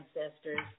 ancestors